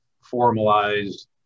formalized